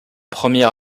premier